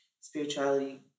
spirituality